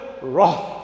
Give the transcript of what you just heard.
wrath